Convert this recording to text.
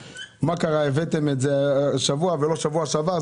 אנחנו שואלים מה קרה שהבאתם את זה השבוע ולא בשבוע שעבר.